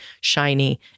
shiny